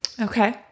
Okay